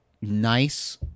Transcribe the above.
nice